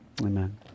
amen